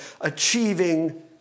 achieving